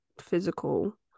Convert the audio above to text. physical